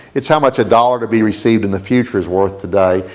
it's how much a dollar to be received in the future is worth today.